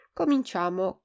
cominciamo